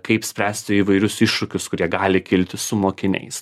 kaip spręsti įvairius iššūkius kurie gali kilti su mokiniais